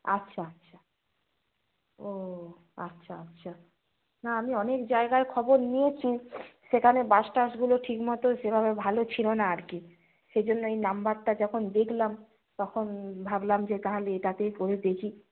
আচ্ছা আচ্ছা ও আচ্ছা আচ্ছা না আমি অনেক জায়গার খবর নিয়েছি সেখানে বাস টাসগুলো ঠিক মতো সেভাবে ভালো ছিল না আর কি সেই জন্যেই নাম্বারটা যখন দেখলাম তখন ভাবলাম যে তাহলে এটাতেই করে দেখি